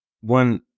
one